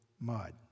mud